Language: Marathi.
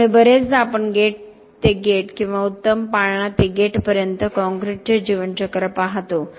त्यामुळे बरेचदा आपण गेट ते गेट किंवा उत्तम पाळणा ते गेटपर्यंत काँक्रीटचे जीवनचक्र पाहतो